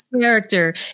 character